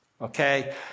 okay